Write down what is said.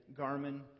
Garmin